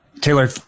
Taylor